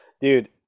dude